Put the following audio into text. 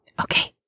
Okay